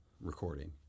recording